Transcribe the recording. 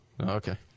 Okay